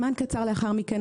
זמן קצר לאחר מכן,